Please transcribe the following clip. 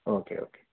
okay okay